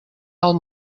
del